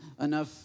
enough